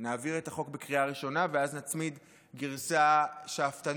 נעביר את החוק בקריאה ראשונה ואז נצמיד גרסה שאפתנית